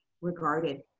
regarded